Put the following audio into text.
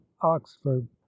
Oxford